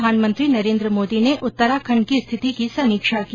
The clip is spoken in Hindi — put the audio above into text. प्रधानमंत्री नरेन्द्र मोदी ने उत्तराखंड की स्थिति की समीक्षा की